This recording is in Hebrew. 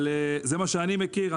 זה מה שאני מכיר.